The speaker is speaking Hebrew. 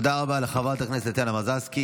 תודה רבה לחברת הכנסת טטיאנה מזרסקי.